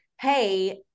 hey